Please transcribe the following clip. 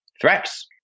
threats